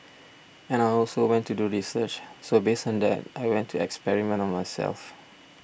and I also went to do research so based on that I went to experiment on myself